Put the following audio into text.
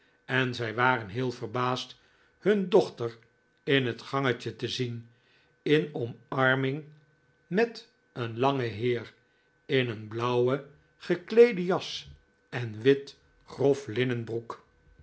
en zij waren heel verbaasd hun dochter in het gangetje te zien in de omarming van een langen heer in een blauwe gekleede jas en witte grof linnen broek